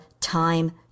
time